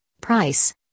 price